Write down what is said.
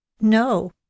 no